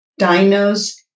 Dinos